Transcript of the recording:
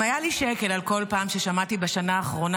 אם היה לי שקל על כל פעם ששמעתי בשנה האחרונה